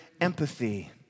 empathy